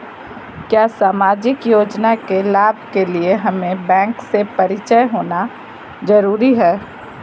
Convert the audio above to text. क्या सामाजिक योजना के लाभ के लिए हमें बैंक से परिचय होना जरूरी है?